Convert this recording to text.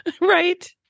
Right